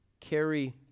carry